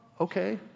okay